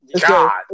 god